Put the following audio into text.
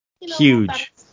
Huge